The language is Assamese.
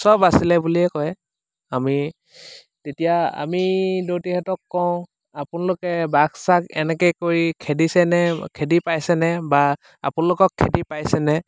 সব আছিলে বুলিয়ে কয় আমি তেতিয়া আমি দৌতিহঁতক কওঁ আপোনলোকে বাঘ চাঘ এনেকে কৰি খেদিছেনে খেদি পাইছেনে বা আপোনলোকক খেদি পাইছেনে